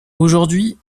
aujourd’hui